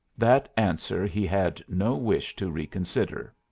that answer he had no wish to reconsider.